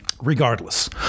regardless